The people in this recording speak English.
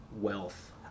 wealth